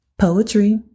Poetry